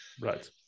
Right